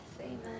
Amen